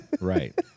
right